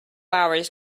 hours